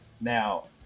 Now